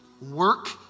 Work